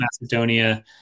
macedonia